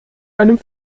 einem